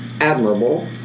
admirable